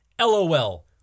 LOL